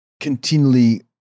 continually